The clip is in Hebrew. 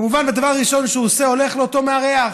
כמובן, הדבר הראשון שהוא עושה, הולך לאותו מארח.